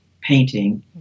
painting